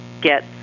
get